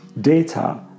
data